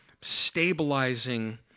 stabilizing